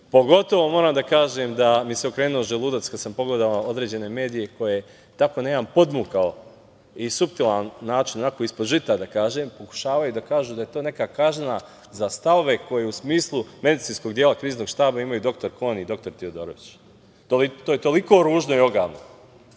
Pogotovo moram da kažem da mi se okrenuo želudac kad sam pogledao određene medije koji na tako jedan podmukao i suptilan način, onako ispod žita da kažem, pokušavaju da kažu da je to neka kazna za stavove koje u smislu medicinskog dela kriznog štaba imaju dr Kon i dr Tiodorović. To je toliko ružno i ogavno